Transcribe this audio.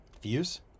fuse